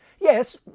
Yes